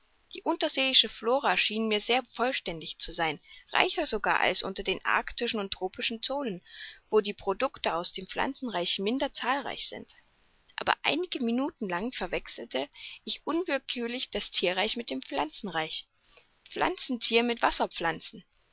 die unterseeische flora schien mir sehr vollständig zu sein reicher sogar als unter den arktischen und tropischen zonen wo die producte aus dem pflanzenreich minder zahlreich sind aber einige minuten lang verwechselte ich unwillkürlich das thierreich mit dem pflanzenreich pflanzenthier mit wasserpflanzen